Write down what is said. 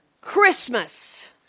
Christmas